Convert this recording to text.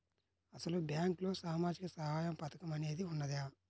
అసలు బ్యాంక్లో సామాజిక సహాయం పథకం అనేది వున్నదా?